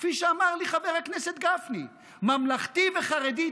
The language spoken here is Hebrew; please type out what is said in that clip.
כפי שאמר לי חבר הכנסת גפני: ממלכתי וחרדי,